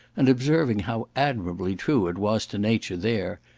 and observing how admirably true it was to nature there,